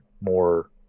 more